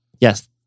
yes